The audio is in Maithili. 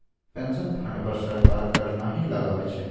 पेंशन फंड पर सरकार कर नहि लगबै छै